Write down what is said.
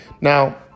Now